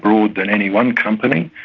broad than any one company,